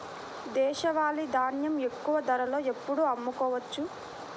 దేశవాలి ధాన్యం ఎక్కువ ధరలో ఎప్పుడు అమ్ముకోవచ్చు?